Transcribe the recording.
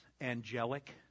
angelic